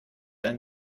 ein